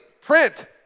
print